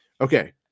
Okay